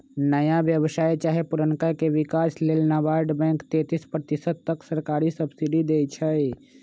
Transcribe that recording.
नया व्यवसाय चाहे पुरनका के विकास लेल नाबार्ड बैंक तेतिस प्रतिशत तक सरकारी सब्सिडी देइ छइ